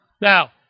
Now